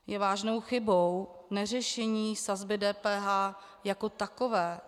Je vážnou chybou neřešení sazby DPH jako takové.